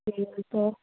ਠੀਕ ਹੈ